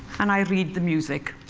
and i read the music.